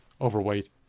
overweight